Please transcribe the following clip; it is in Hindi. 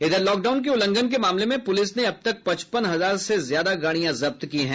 इधर लॉकडाउन के उल्लंघन के मामले में पुलिस ने अब तक पचपन हजार ज्यादा गाड़िया जब्त की है